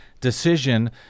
decision